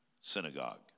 synagogue